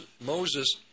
Moses